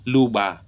Luba